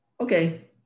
okay